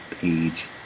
page